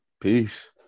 peace